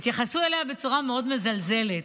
והתייחסו אליה בצורה מאוד מזלזלת.